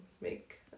make